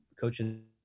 coaching